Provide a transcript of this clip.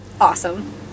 awesome